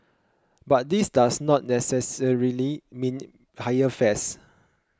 but this does not necessarily mean higher fares